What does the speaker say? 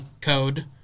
code